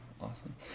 awesome